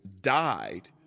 died